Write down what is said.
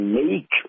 make